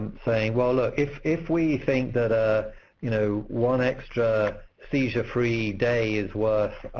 saying, well, ah if if we think that ah you know one extra seizure-free day is worth